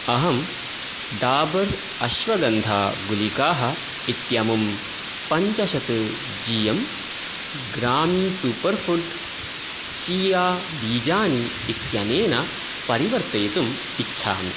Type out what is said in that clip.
अहं डाबर् अश्वगन्धा गुलिकाः इत्यमुं पञ्चशत् जी एम् ग्रामी सूपर् फुड्स् चीया बीजानि इत्यनेन परिवर्तयितुम् इच्छामि